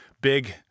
big